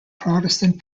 protestant